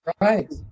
right